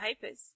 papers